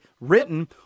written